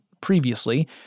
previously